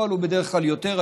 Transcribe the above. ובפועל הוא מונה בדרך כלל יותר,